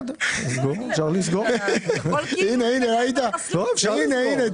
הנה, הנה.